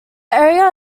area